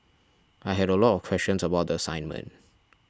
I had a lot of questions about the assignment